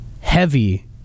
heavy